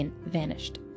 vanished